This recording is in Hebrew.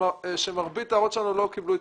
כאשר מרבית ההערות שלנו לא קיבלו התייחסות.